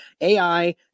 AI